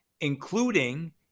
Including